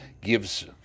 gives